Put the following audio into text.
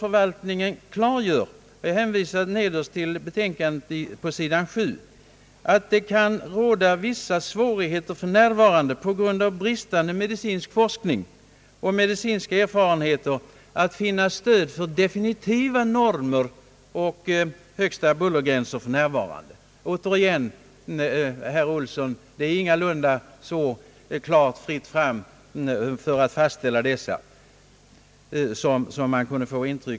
Förvaltningen klargör dock — jag hänvisar till utlåtandet nederst på sidan 7 — att det för närvarande på grund av bristande medicinsk forskning och medicinska erfarenheter kan vara svårt att finna stöd för definitiva normer och högsta bullergränser; detta visar återigen, herr Olsson, att det ingalunda är fritt fram för sådana normer.